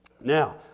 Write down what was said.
Now